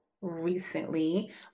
recently